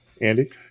Andy